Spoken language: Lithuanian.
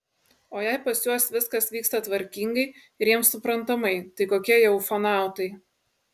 o jei pas juos viskas vyksta tvarkingai ir jiems suprantamai tai kokie jie ufonautai